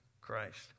Christ